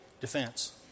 defense